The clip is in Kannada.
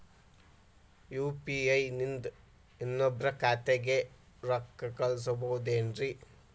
ಯು.ಪಿ.ಐ ನಿಂದ ಇನ್ನೊಬ್ರ ಖಾತೆಗೆ ರೊಕ್ಕ ಕಳ್ಸಬಹುದೇನ್ರಿ?